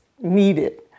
needed